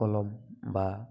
কলম বা